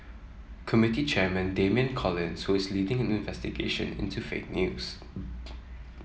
committee chairman Damian Collins who is leading an investigation into fake news